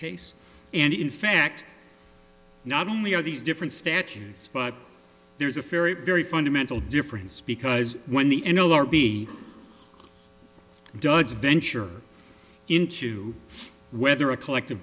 case and in fact not only are these different statutes but there's a ferry very fundamental difference because when the end venture into whether a collective